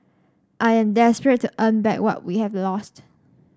I am desperate to earn back what we have lost